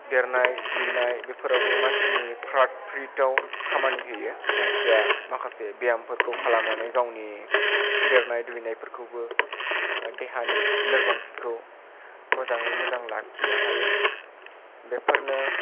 देरनाय दुइनाय बेफोरावबो मानसिनि फ्राथ फ्रिथाव खामानि होयो मानसिया माखासे ब्यामफोरखौ खालामनानै गावनि देरनाय दुइनायफोरखौबो देहानि लोरबांथिखौ मोजाङै मोजां लाखिनो हायो बेफोरनो